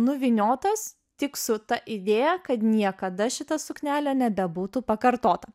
nuvyniotas tik su ta idėja kad niekada šita suknelė nebebūtų pakartota